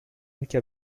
anche